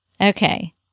Okay